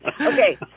Okay